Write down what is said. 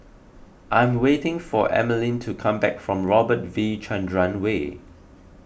I am waiting for Emaline to come back from Robert V Chandran Way